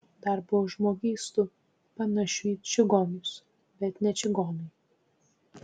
dar buvo žmogystų panašių į čigonus bet ne čigonai